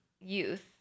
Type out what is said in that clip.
youth